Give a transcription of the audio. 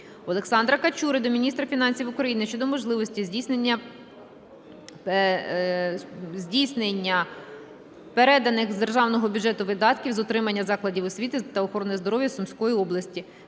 Олександра Качури до міністра фінансів України щодо можливості здійснення переданих з державного бюджету видатків з утримання закладів освіти та охорони здоров'я Сумської області.